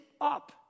up